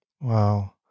Wow